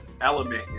element